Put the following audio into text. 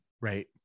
right